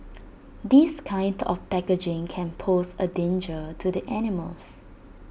this kind of packaging can pose A danger to the animals